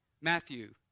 Matthew